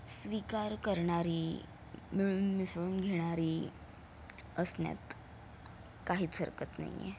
स्वीकार करणारी मिळून मिसळून घेणारी असण्यात काहीच हरकत नाही आहे